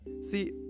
See